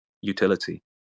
utility